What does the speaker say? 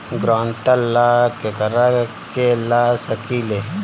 ग्रांतर ला केकरा के ला सकी ले?